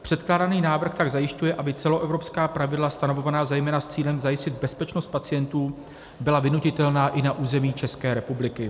Předkládaný návrh tak zajišťuje, aby celoevropská pravidla stanovovaná zejména s cílem zajistit bezpečnost pacientů byla vynutitelná i na území České republiky.